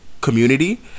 Community